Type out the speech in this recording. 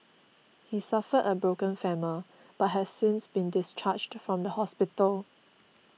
he suffered a broken femur but has since been discharged from hospital